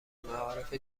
المعارف